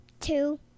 Two